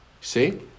See